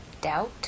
doubt